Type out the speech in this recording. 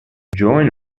join